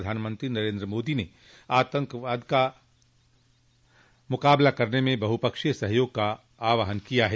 प्रधानमंत्री नरेन्द्र मोदी ने आतंकवाद का मुकाबला करने में बहुपक्षीय सहयोग का आहवान किया है